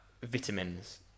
vitamins